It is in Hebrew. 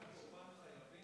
לא בכל מקום מדברים על